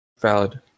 Valid